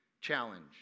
challenge